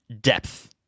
depth